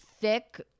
thick